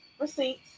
receipts